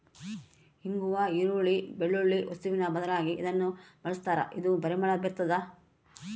ಇಂಗ್ವಾ ಈರುಳ್ಳಿ, ಬೆಳ್ಳುಳ್ಳಿ ವಸ್ತುವಿನ ಬದಲಾಗಿ ಇದನ್ನ ಬಳಸ್ತಾರ ಇದು ಪರಿಮಳ ಬೀರ್ತಾದ